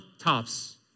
tops